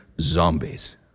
zombies